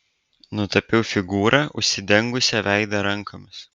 nutapiau figūrą užsidengusią veidą rankomis